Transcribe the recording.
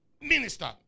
minister